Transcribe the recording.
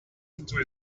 into